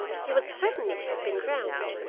he would certainly have been drowned.